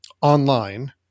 online